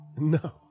No